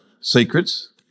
secrets